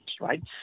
right